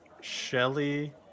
Shelly